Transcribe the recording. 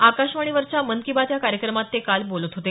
आकाशवाणीवरच्या मन की बात या कार्यक्रमात ते काल बोलत होते